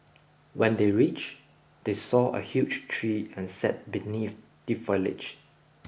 when they reached they saw a huge tree and sat beneath the foliage